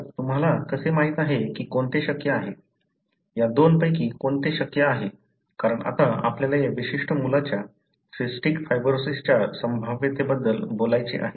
तर तुम्हाला कसे माहित आहे की कोणते शक्य आहे या दोन पैकी कोणते शक्य आहे कारण आता आपल्याला या विशिष्ट मुलाच्या सिस्टिक फायब्रोसिसच्या संभाव्यतेबद्दल बोलायचे आहे